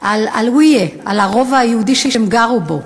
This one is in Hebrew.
על עלוויה, הרובע היהודי שהם גרו בו.